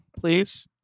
please